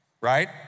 right